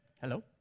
Hello